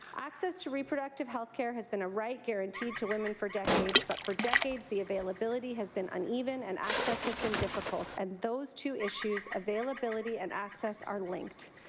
access to reproductive health care has been a right guaranteed to women for decades but for decades, the availability has been uneven and access has been difficult, and those two issues, availability and access, are linked.